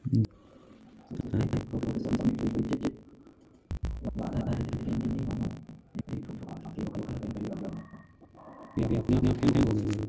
जेन मनसे ल खुद ले होके सेयर बजार म पइसा लगाना हे ता मनसे रोजे कोनो समाचार चैनल देख सकत हे